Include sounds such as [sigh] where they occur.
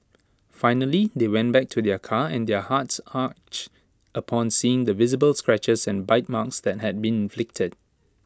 finally they went back to their car and their hearts [unintelligible] upon seeing the visible scratches and bite marks that had been inflicted